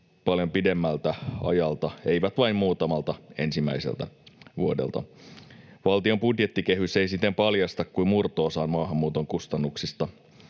paljon pidemmältä ajalta, eivät vain muutamalta ensimmäiseltä vuodelta. Valtion budjettikehys ei siten paljasta kuin murto-osan maahanmuuton kustannuksista.